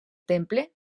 temple